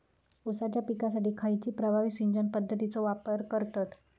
ऊसाच्या पिकासाठी खैयची प्रभावी सिंचन पद्धताचो वापर करतत?